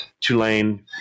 tulane